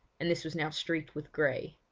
and this was now streaked with grey.